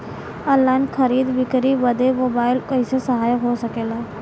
Online खरीद बिक्री बदे मोबाइल कइसे सहायक हो सकेला?